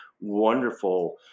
wonderful